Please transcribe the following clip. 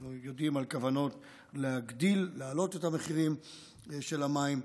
אנחנו יודעים על כוונות להעלות את המחירים של המים,